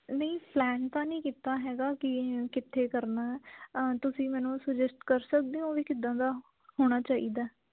ਨਹੀਂ ਪਲੈਨ ਤਾਂ ਨਹੀਂ ਕੀਤਾ ਹੈਗਾ ਕਿ ਕਿੱਥੇ ਕਰਨਾ ਤੁਸੀਂ ਮੈਨੂੰ ਸੁਜਸਟ ਕਰ ਸਕਦੇ ਹੋ ਵੀ ਕਿੱਦਾਂ ਦਾ ਹੋਣਾ ਚਾਹੀਦਾ